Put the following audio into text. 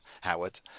Howard